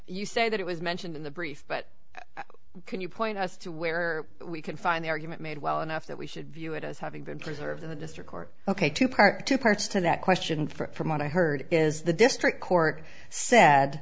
you say that it was mentioned in the brief but can you point us to where we can find the argument made well enough that we should view it as having been preserved in the district court ok two part two parts to that question for what i heard is the district court said